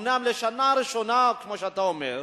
אומנם לשנה ראשונה, כמו שאתה אומר,